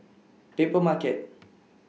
Papermarket